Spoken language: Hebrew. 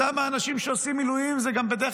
אותם האנשים שעושים מילואים הם גם בדרך